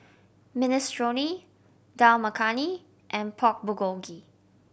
Minestrone Dal Makhani and Pork Bulgogi